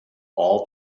all